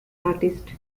artist